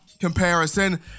comparison